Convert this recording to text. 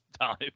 time